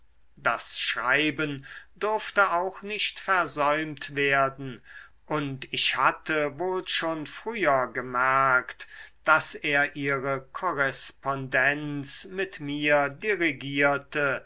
das schreiben durfte auch nicht versäumt werden und ich hatte wohl schon früher gemerkt daß er ihre korrespondenz mit mir dirigiert